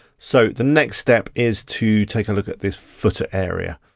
so the next step is to take a look at this footer area.